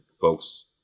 folks